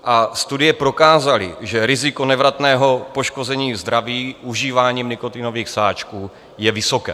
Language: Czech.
A studie prokázaly, že riziko nevratného poškození zdraví užíváním nikotinových sáčků je vysoké.